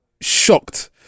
shocked